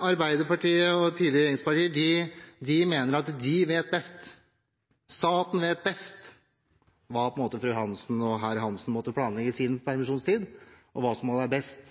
Arbeiderpartiet og tidligere regjeringspartier mener at de vet best, at staten vet best hvordan fru Hansen og herr Hansen best bør planlegge sin